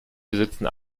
besitzen